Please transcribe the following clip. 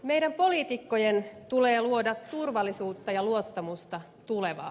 meidän poliitikkojen tulee luoda turvallisuutta ja luottamusta tulevaan